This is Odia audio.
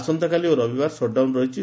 ଆସନ୍ତାକାଲି ଓ ରବିବାର ସଟ୍ଡାଉନ୍ ରହିଛି